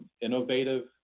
innovative